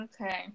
Okay